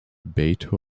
bate